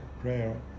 prayer